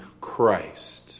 Christ